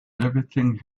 everything